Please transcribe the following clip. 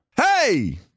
Hey